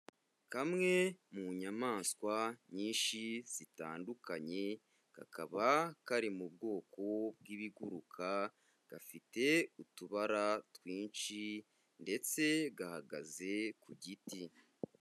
Kamwe mu nyamaswa nyinshi zitandukanye, kakaba kari mu bwoko bw'ibiguruka, gafite utubara twinshi ndetse gahagaze ku giti.